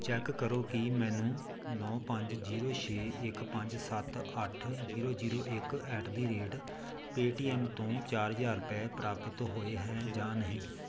check ਕਰੋ ਕੀ ਮੈਨੂੰ ਨੌ ਪੰਜ ਜੀਰੋ ਛੇ ਇੱਕ ਪੰਜ ਸੱਤ ਅੱਠ ਜੀਰੋ ਜੀਰੋ ਇੱਕ ਐਟ ਦੀ ਰੇਟ ਪੇਟੀਐੱਮ ਤੋਂ ਚਾਰ ਹਜ਼ਾਰ ਰੁਪਏ ਪ੍ਰਾਪਤ ਹੋਏ ਹੈ ਜਾਂ ਨਹੀਂ